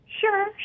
Sure